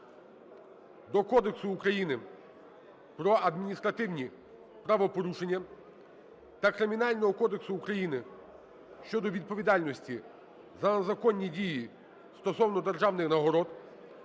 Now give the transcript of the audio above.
до Кодексу України про адміністративні правопорушення та Кримінального кодексу України щодо відповідальності за незаконні дії стосовно державних нагород,